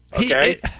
Okay